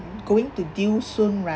going to due soon right